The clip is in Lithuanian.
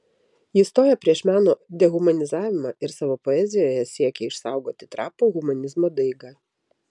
jis stoja prieš meno dehumanizavimą ir savo poezijoje siekia išsaugoti trapų humanizmo daigą